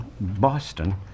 Boston